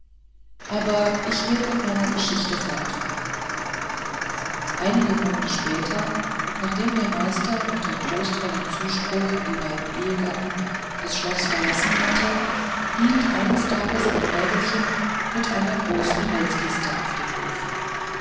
aber ich will in meiner geschichte fortfahren einige monde später nachdem der meister unter trostvollem zuspruch an die beiden ehegatten das schloß verlassen hatte hielt eines tages ein wägelchen mit einer großen holzkiste auf dem hofe